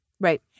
Right